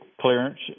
clearance